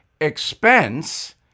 expense